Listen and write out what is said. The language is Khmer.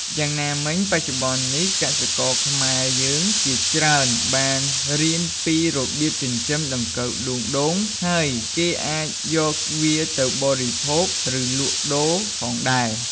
យ៉ាងណាមិញ បច្នុប្បន្ននេះ កសិករខ្មែរយើងជាច្រើនបានរៀនពីរបៀបចិញ្ចឹមដង្កូវដួងដូង ហើយគេអាចយកវាទៅបរិភោគ ឬ លក់ដូរផងដែរ។